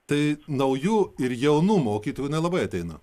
tai naujų ir jaunų mokytojų nelabai ateina